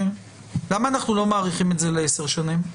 למה אנחנו לא מאריכים את זה לעשר שנים?